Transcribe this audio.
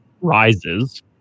rises